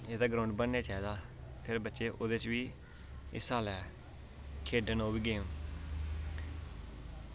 एह्दा ग्राऊंड बनने चाहिदा ते फिर बच्चे ओह्दे च बी हिस्सा लै खेढ़न ओह्बी गेम